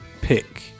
pick